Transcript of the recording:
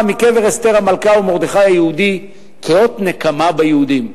מקבר אסתר המלכה ומרדכי היהודי כאות נקמה ביהודים.